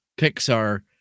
Pixar